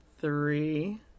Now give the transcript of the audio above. Three